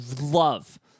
love